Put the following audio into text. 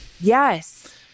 yes